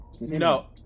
no